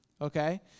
Okay